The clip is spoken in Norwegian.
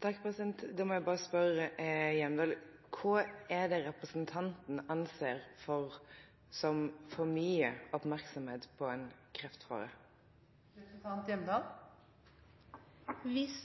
Da må jeg bare spørre Hjemdal: Hva er det representanten anser som for mye oppmerksomhet på en kreftfare? Hvis